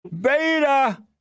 beta